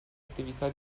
attività